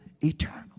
eternal